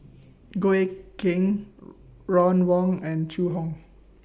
Goh Eck Kheng Ron Wong and Zhu Hong